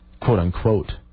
quote-unquote